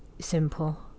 simple